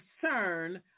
concern